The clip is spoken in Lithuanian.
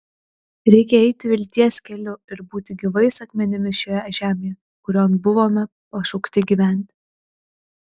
reikia eiti vilties keliu ir būti gyvais akmenimis šioje žemėje kurion buvome pašaukti gyventi